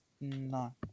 no